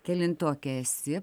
kelintokė esi